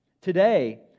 Today